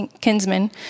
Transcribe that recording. kinsmen